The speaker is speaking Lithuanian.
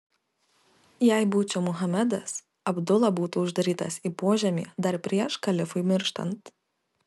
jei būčiau muhamedas abdula būtų uždarytas į požemį dar prieš kalifui mirštant